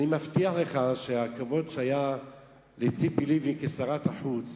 אני מבטיח לך שהכבוד שהיה לציפי לבני כשרת החוץ